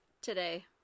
today